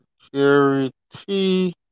Security